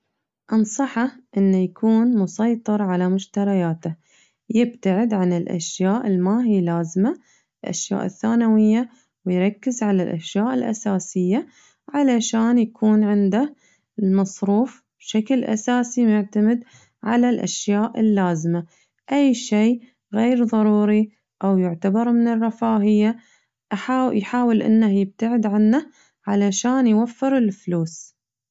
أنصحه إنه يكون مسيطر على مشترياته، يبتعدعن الأشياء الما هي لازمة الأشياء الثانوية ويركز على الأشياء الأساسية علشان يكون عنده المصروف بشكل أساسي معتمد على الأشياء اللازمة أي شي غير ضروري أو يعتمد من الرفاهية أحاو يحاول إنه يبتعد عنه علشان يوفر الفلوس.